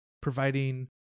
providing